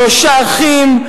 שלושה אחים,